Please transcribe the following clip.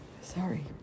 Sorry